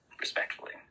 respectfully